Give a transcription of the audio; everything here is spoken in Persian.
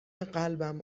قلبم